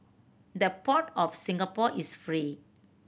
the port of Singapore is free